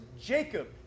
Jacob